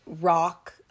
rock